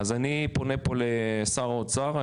אני פונה פה לשר האוצר,